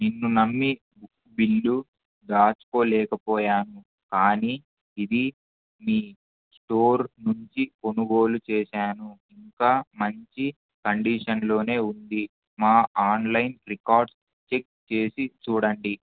నిన్ను నమ్మి బిల్లు దాచుకోలేకపోయాను కానీ ఇది మీ స్టోర్ నుంచి కొనుగోలు చేశాను ఇంకా మంచి కండీషన్లోనే ఉంది మా ఆన్లైన్ రికార్డ్స్ చెక్ చేసి చూడండి